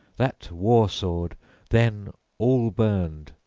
that war-sword then all burned,